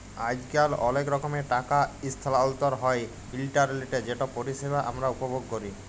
আইজকাল অলেক রকমের টাকা ইসথালাল্তর হ্যয় ইলটারলেটে যেটর পরিষেবা আমরা উপভোগ ক্যরি